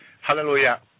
Hallelujah